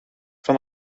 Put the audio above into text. van